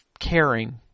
caring